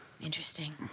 interesting